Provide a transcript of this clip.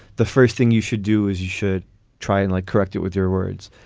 the first thing you should do is you should try and like correct it with your words.